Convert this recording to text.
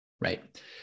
Right